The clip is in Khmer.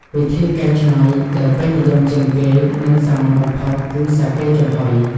វិធីកែច្នៃដែលពេញនិយមជាងគេ និងសាមញ្ញបំផុតគឺ សាកេចំហុយ។